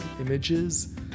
images